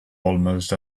almost